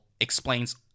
explains